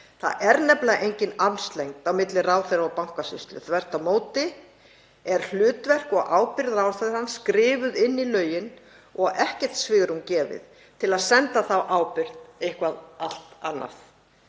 Það er nefnilega engin armslengd á milli ráðherra og Bankasýslu. Þvert á móti er hlutverk og ábyrgð ráðherrans skrifuð inn í lögin og ekkert svigrúm gefið til að senda þá ábyrgð eitthvert allt annað.